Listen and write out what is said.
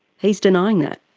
he's denying that.